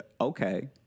okay